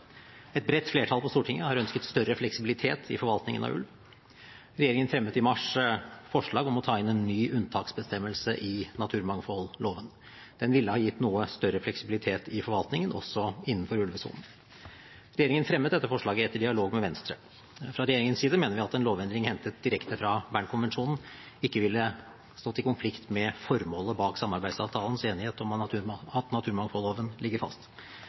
Et bredt flertall på Stortinget har ønsket større fleksibilitet i forvaltningen av ulv. Regjeringen fremmet i mars forslag om å ta inn en ny unntaksbestemmelse i naturmangfoldloven. Den ville ha gitt noe større fleksibilitet i forvaltningen, også innenfor ulvesonen. Regjeringen fremmet dette forslaget etter dialog med Venstre. Fra regjeringens side mener vi at en lovendring hentet direkte fra Bern-konvensjonen ikke ville stått i konflikt med formålet bak samarbeidsavtalens enighet om at naturmangfoldloven ligger fast.